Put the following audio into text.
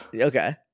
Okay